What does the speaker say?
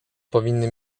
powinny